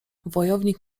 wojownik